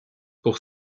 pour